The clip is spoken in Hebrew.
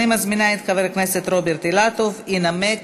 אני מזמינה את חבר הכנסת רוברט אילטוב לנמק